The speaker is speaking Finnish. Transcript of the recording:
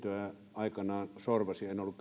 aikanaan sorvasi en kyllä ollut